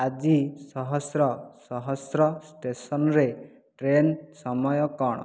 ଆଜି ସହସ୍ର ସହସ୍ର ଷ୍ଟେସନରେ ଟ୍ରେନ୍ ସମୟ କ'ଣ